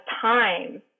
time